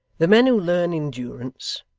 the men who learn endurance,